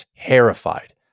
terrified